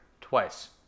twice